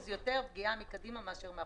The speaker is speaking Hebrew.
פגיעה מקדימה מאשר מאחורה.